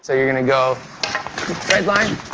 so you're gonna go red line,